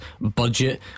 budget